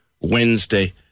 Wednesday